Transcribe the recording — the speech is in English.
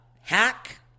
hack